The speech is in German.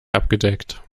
abgedeckt